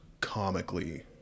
comically